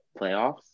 playoffs